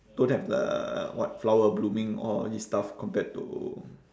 don't have the what flower blooming all these stuff compared to